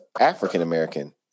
African-American